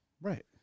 Right